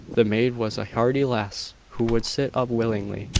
the maid was a hearty lass, who would sit up willingly,